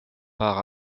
part